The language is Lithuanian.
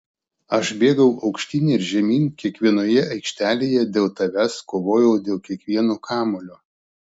aš bėgau aukštyn ir žemyn kiekvienoje aikštelėje dėl tavęs kovojau dėl kiekvieno kamuolio